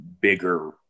bigger